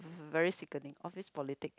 very sickening office politic